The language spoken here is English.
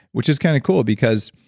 which is kind of cool because